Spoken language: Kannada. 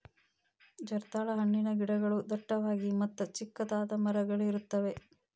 ಜರ್ದಾಳ ಹಣ್ಣಿನ ಗಿಡಗಳು ಡಟ್ಟವಾಗಿ ಮತ್ತ ಚಿಕ್ಕದಾದ ಮರಗಳಿರುತ್ತವೆ